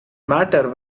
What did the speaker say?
matter